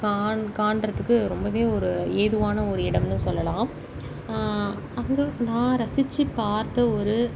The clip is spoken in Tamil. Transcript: காண் காணுறத்துக்கு ரொம்பவே ஒரு ஏதுவான ஒரு இடம்னு சொல்லலாம் அங்கே நான் ரசித்து பார்த்த ஒரு